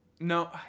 No